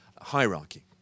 hierarchy